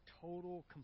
total